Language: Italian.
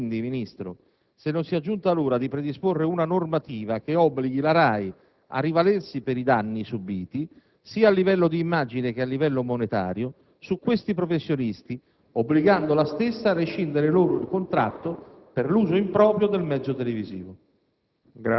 Chiedo quindi, Ministro, se non sia giunta l'ora di predisporre una normativa che obblighi la RAI a rivalersi per i danni subiti, sia a livello di immagine che a livello monetario, su questi professionisti, obbligando la stessa a rescindere loro il contratto per uso improprio del mezzo televisivo.